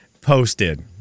posted